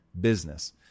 business